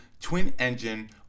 twin-engine